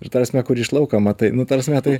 ir ta prasme kur iš lauko matai nu ta prasme tai